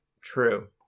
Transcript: True